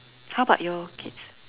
how about your kids